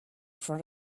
front